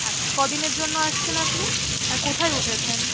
আচ্ছা ক দিনের জন্য আসছেন আপনি আর কোথায় উঠেছেন